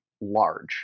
large